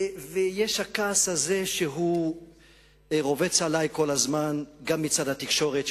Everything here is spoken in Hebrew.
יש הכעס הזה שרובץ עלי כל הזמן גם מצד התקשורת.